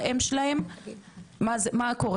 זה רק באנגלית ועברית למה?